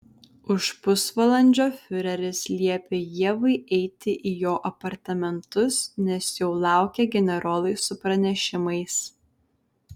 už pusvalandžio fiureris liepė ievai eiti į jo apartamentus nes jau laukė generolai su pranešimais